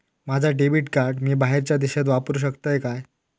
माझा debit card मी बाहेरच्या देशात वापरू शकतय काय?